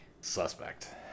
Suspect